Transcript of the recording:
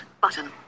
button